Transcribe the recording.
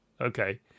Okay